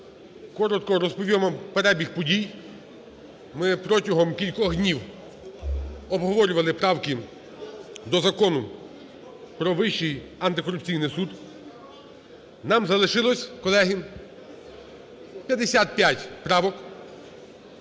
Коротко розповім вам перебіг подій. Ми протягом кількох днів обговорювали правки до Закону про Вищий антикорупційний суд. Нам залишилось, колеги, 55 правок.